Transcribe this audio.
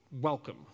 Welcome